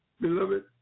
Beloved